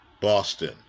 Boston